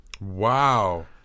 Wow